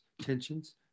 tensions